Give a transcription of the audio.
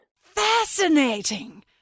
Fascinating